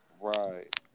Right